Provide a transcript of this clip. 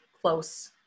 close